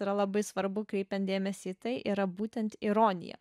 yra labai svarbu kreipiant dėmesį į tai yra būtent ironija